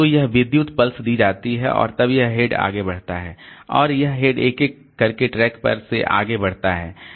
तो वह विद्युत पल्स दी जाती है और तब यह हेड आगे बढ़ता है और यह हेड एक एक करके ट्रैक पर से आगे बढ़ता है